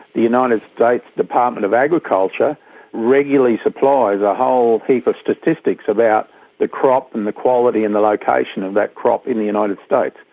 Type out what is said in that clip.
the united states department of agriculture regularly supplies a whole heap of statistics about the crop and the quality and the location of that crop in the united states,